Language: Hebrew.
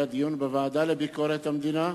היה דיון בוועדה לביקורת המדינה,